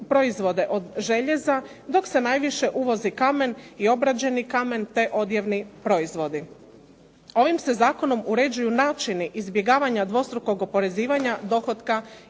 od željeza, dok se najviše uvozi kamen i obrađeni kamen, te odjevni proizvodi. Ovim se zakonom uređuju načini izbjegavanja dvostrukog oporezivanja dohotka